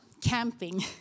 camping